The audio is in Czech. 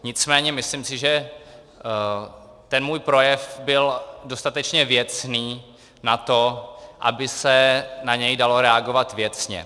Nicméně si myslím, že ten můj projev byl dostatečně věcný na to, aby se na něj dalo reagovat věcně.